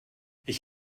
ich